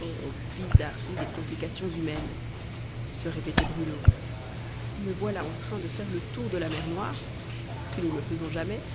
oh bizarrerie des complications humaines se répétait bruno me voilà en train de faire le tour de la mer noire si nous le faisons jamais